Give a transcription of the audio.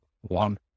one